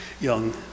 young